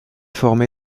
formé